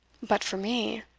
but for me